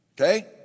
Okay